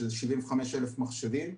שזה 75,000 מחשבים,